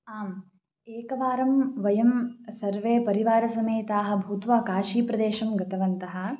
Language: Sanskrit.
आम् एकवारं वयं सर्वे परिवारसमेताः भूत्वा काशीप्रदेशं गतवन्तः